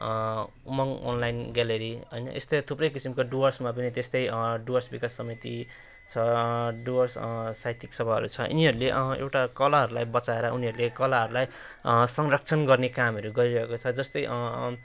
उमङ्ग online gallery होइन यस्तै थुप्रै किसिमका डुअर्समा पनि त्यस्तै डुअर्स विकास समिति छ डुअर्स साहित्यिक सभाहरू छ यिनीहरूले एउटा कलाहरूलाई बचाएर उनीहरूले कलाहरूलाई संरक्षण गर्ने कामहरू गरिरहेको छ जस्तै